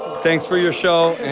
thanks for your show,